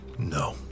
No